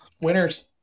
Winners